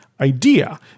idea